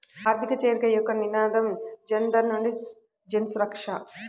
ఆర్థిక చేరిక యొక్క నినాదం జనధన్ నుండి జన్సురక్ష